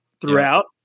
throughout